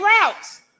routes